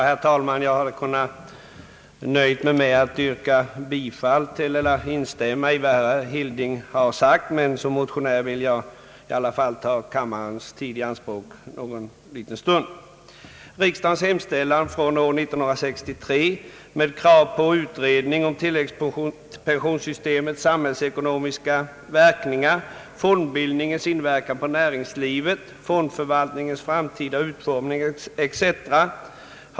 Herr talman! Jag hade kunnat nöja mig med att instämma i vad herr Hilding har sagt, men såsom motionär vill jag i alla fall ta kammarens tid i anspråk någon liten stund. Riksdagens hemställan från år 1963 rörande utredning om tilläggspensionssystemets samhällsekonomiska <verkningar, fondbildningens inverkan på näringslivet, fondförvaltningarnas framtida utformning etc.